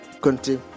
Conte